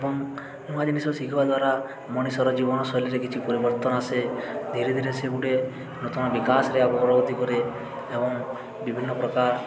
ଏବଂ ନୂଆ ଜିନିଷ ଶିଖିବା ଦ୍ୱାରା ମଣିଷର ଜୀବନଶୈଲୀରେ କିଛି ପରିବର୍ତ୍ତନ ଆସେ ଧୀରେ ଧୀରେ ସେଗୁଡ଼େ ନୂତନ ବିକାଶରେ ଆବ ପ୍ରଗୃତି କରେ ଏବଂ ବିଭିନ୍ନ ପ୍ରକାର